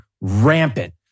rampant